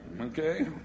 Okay